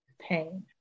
pain